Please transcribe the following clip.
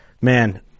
Man